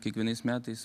kiekvienais metais